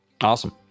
Awesome